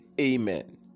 Amen